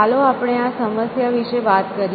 ચાલો આપણે આ સમસ્યા વિશે વાત કરીએ